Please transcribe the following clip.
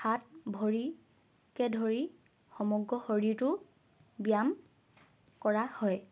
হাত ভৰিকে ধৰি সমগ্ৰ শৰীৰটোৰ ব্যায়াম কৰা হয়